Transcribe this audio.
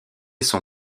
son